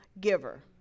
giver